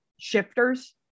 shifters